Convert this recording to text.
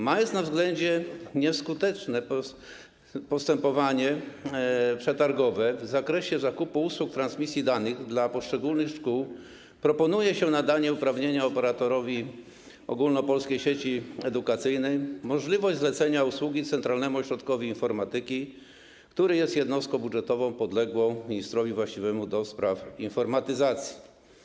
Mając na względzie nieskuteczne postępowanie przetargowe w zakresie zakupu usług transmisji danych dla poszczególnych szkół, proponuje się nadanie uprawnienia operatorowi Ogólnopolskiej Sieci Edukacyjnej, chodzi o możliwość zlecenia usługi Centralnemu Ośrodkowi Informatyki, który jest jednostką budżetową podległą ministrowi właściwemu do spraw informatyzacji.